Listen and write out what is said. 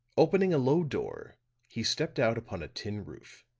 opening a low door he stepped out upon a tin roof.